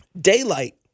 Daylight